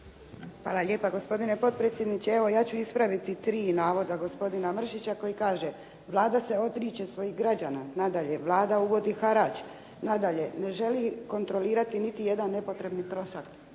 Hvala lijepo gospodine potpredsjedniče. Evo ja ću ispraviti tri navoda gospodina Mršića koji kaže. Vlada se odriče svojih građana. Nadalje, Vlada uvodi harač. Nadalje, ne želi kontrolirati niti jedan nepotreban trošak.